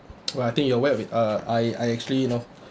I think you're aware of it uh I I actually you know